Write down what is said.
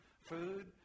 food